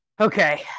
okay